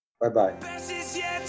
Bye-bye